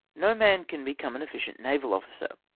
no man can become an effi cient naval officer.